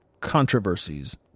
controversies